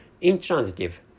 intransitive